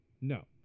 No